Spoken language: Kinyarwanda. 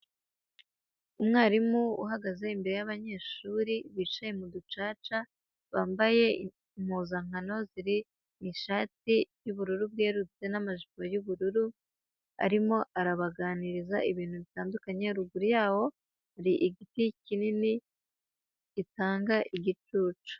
Umwarimu uhagaze imbere y'abanyeshuri bicaye mu ducaca, bambaye impuzankano ziri mu ishati y'ubururu bwerurutse n'amajipo y'ubururu, arimo arabaganiriza ibintu bitandukanye, ruguru yaho hari igiti kinini gitanga igicucu.